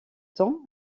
temps